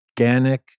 organic